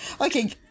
Okay